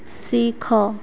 ଶିଖ